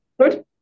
Good